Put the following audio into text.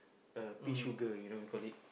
uh pay sugar you know we call it